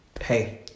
hey